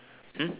um